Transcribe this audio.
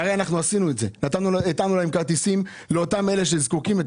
הרי עשינו את זה, ונתנו כרטיסים לאלה שזקוקים.